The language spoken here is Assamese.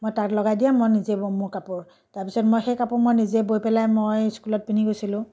মই তাঁত লগাই দিয়া মই নিজে ব'ম মোৰ কাপোৰ তাৰ পিছত মই সেই কাপোৰ মই নিজে বৈ পেলাই মই স্কুলত পিন্ধি গৈছিলোঁ